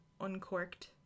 uncorked